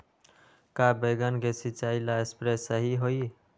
का बैगन के सिचाई ला सप्रे सही होई?